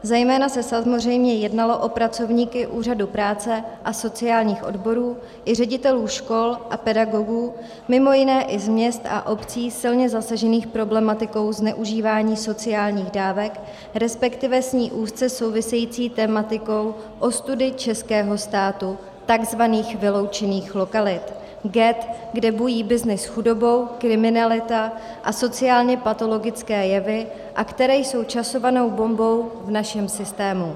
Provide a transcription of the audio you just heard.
Zejména se samozřejmě jednalo o pracovníky Úřadu práce a sociálních odborů i ředitele škol a pedagogy, mimo jiné i z měst a obcí silně zasažených problematikou zneužívání sociálních dávek, resp. s ní úzce související tematikou ostudy českého státu, takzvaných vyloučených lokalit, ghett, kde bují byznys s chudobou, kriminalita a sociálněpatologické jevy a které jsou časovanou bombou v našem systému.